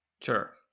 Sure